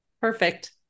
Perfect